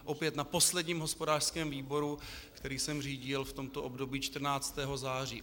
Opět na posledním hospodářském výboru, který jsem řídil v tomto období 14. září.